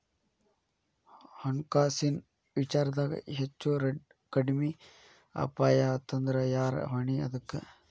ಹಣ್ಕಾಸಿನ್ ವಿಚಾರ್ದಾಗ ಹೆಚ್ಚು ಕಡ್ಮಿ ಅಪಾಯಾತಂದ್ರ ಯಾರ್ ಹೊಣಿ ಅದಕ್ಕ?